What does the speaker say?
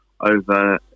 over